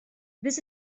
this